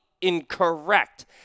incorrect